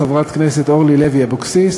חברת הכנסת אורלי לוי אבקסיס,